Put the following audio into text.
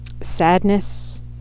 sadness